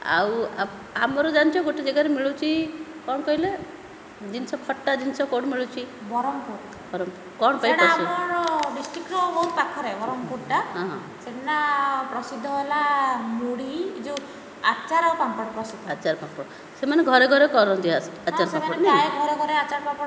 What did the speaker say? ଆଉ ଆମର ଜାଣିଛ ଗୋଟିଏ ଜାଗାରେ ମିଳୁଛି କ'ଣ କହିଲେ ଜିନିଷ ଖଟା ଜିନିଷ କେଉଁଠି ମିଳୁଛି ବ୍ରହ୍ମପୁର ବ୍ରହ୍ମପୁର କ'ଣ ପାଇଁ ପ୍ରସିଦ୍ଧ ସେଇଟା ଆମର ଡିଷ୍ଟ୍ରିକ୍ଟର ବହୁତ ପାଖରେ ବ୍ରହ୍ମପୁରଟା ହଁ ହଁ ସେଠି ନା ପ୍ରସିଦ୍ଧ ହେଲା ନା ମୁଢ଼ି ଯେଉଁ ଆଚାର ପାମ୍ପଡ଼ ପ୍ରସିଦ୍ଧ ଆଚାର ପାମ୍ପଡ଼ ସେମାନେ ଘରେ ଘରେ କରନ୍ତି ଆସିକି ଆଚାର ନାଇ ହଁ ସେମାନେ ପ୍ରାୟ ଘରେ ଘରେ ଆଚାର ପାମ୍ପଡ଼